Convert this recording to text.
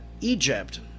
Egypt